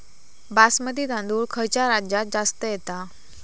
बासमती तांदूळ खयच्या राज्यात जास्त येता?